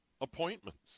appointments